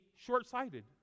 Short-sighted